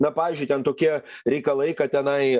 na pavyzdžiui ten tokie reikalai kad tenai